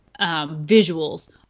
visuals